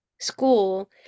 school